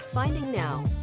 finding now.